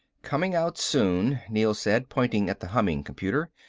coming out soon, neel said, pointing at the humming computer.